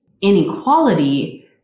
inequality